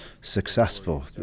successful